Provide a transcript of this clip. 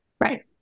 Right